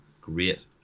great